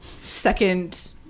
second